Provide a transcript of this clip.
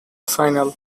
final